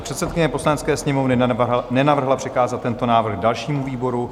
Předsedkyně Poslanecké sněmovny nenavrhla přikázat tento návrh dalšímu výboru.